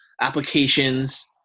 applications